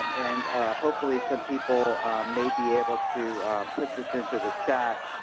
um and hopefully some people may be able to put this into the chat,